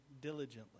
diligently